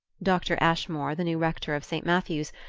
dr. ashmore, the new rector of st. matthew's,